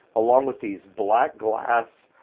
along with these black glass